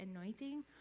anointing